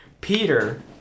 Peter